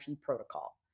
protocol